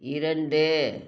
இரண்டு